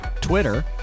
Twitter